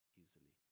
easily